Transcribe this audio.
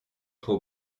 trop